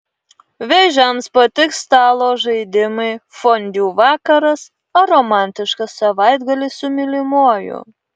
vėžiams patiks stalo žaidimai fondiu vakaras ar romantiškas savaitgalis su mylimuoju